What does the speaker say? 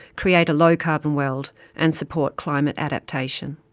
create a low-carbon world and support climate adaptation.